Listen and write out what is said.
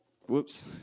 Whoops